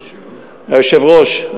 היושב-ראש,